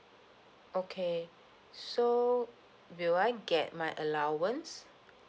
okay so will I get my allowance